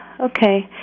okay